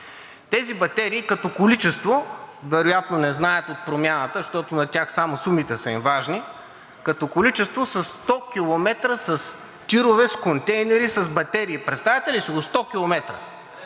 Тези батерии като количество, вероятно не знаят от Промяната, защото на тях само сумите са им важни – като количество са 100 км с тирове с контейнери, с батерии. Представяте ли си го – 100 км?